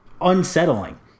unsettling